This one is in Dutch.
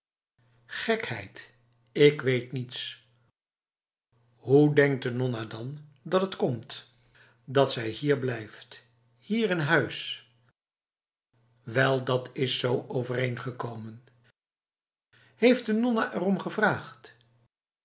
gekheid ik weet niets hoe denkt de nonna dan dat het komt dat zij hier blijft hier in huis wel dat is zo overeengekomen heeft nonna erom gevraagd